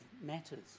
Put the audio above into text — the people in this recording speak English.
matters